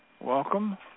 welcome